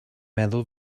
meddwl